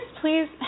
please